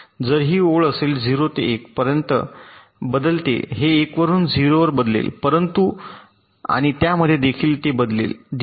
जर ही ओळ असेल 0 ते 1 पर्यंत बदलते हे 1 वरून 0 पर्यंत बदलेल परंतु आणि त्यामध्ये देखील ते बदलेल दिशा